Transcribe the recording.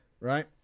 right